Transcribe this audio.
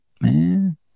man